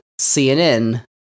CNN